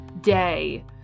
day